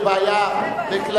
אבל הציבור ישפוט בסופו של דבר.